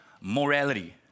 morality